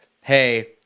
hey